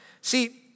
See